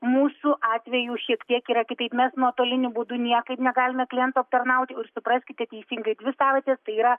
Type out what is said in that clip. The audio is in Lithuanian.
mūsų atveju šiek tiek yra kitaip mes nuotoliniu būdu niekaip negalime klientų aptarnauti ir supraskite teisingai dvi savaitės tai yra